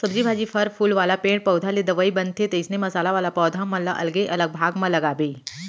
सब्जी भाजी, फर फूल वाला पेड़ पउधा ले दवई बनथे, तइसने मसाला वाला पौधा मन ल अलगे अलग भाग म लगाबे